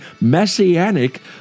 messianic